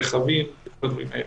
רכבים והדברים האלה.